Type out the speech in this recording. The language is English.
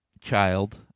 child